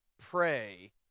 pray